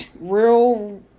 real